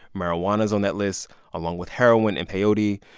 marijuana is on that list along with heroin and peyote,